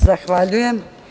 Zahvaljujem.